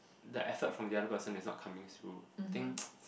the effort from the other person is not coming through I think